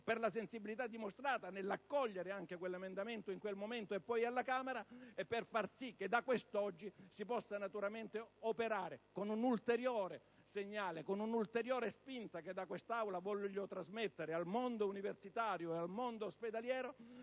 per la sensibilità dimostrata nell'accogliere quell'emendamento in quel momento, e poi alla Camera, e per far sì che da quest'oggi si possa naturalmente operare, trasmettendo un ulteriore segnale ed una ulteriore spinta da quest'Aula al mondo universitario ed ospedaliero,